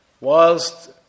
whilst